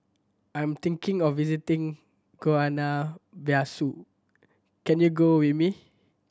I am thinking of visiting Guinea Bissau can you go with me